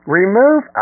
remove